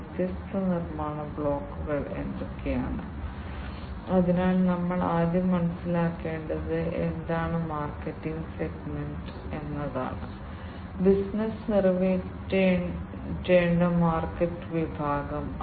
വ്യാവസായിക നിലവാരത്തിനായുള്ള ആവശ്യകതകളുടെ അടിസ്ഥാനത്തിൽ വിശ്വസനീയമായ സെൻസിംഗ് കുറഞ്ഞ ചെലവ് sensing actuation perpetual sensor actuator network connectivity എന്നിവ ആവശ്യമാണ്